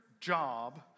job